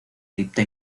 cripta